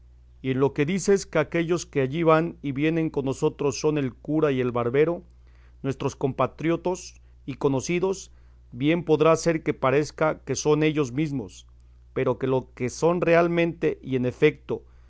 y en lo que dices que aquellos que allí van y vienen con nosotros son el cura y el barbero nuestros compatriotos y conocidos bien podrá ser que parezca que son ellos mesmos pero que lo sean realmente y en efeto